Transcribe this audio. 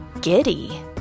giddy